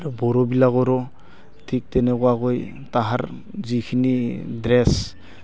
আৰু বড়োবিলাকৰো ঠিক তেনেকুৱাকৈ তাহাৰ যিখিনি ড্ৰেছ